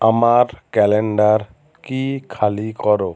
আমার ক্যালেন্ডার কী খালি করো